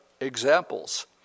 examples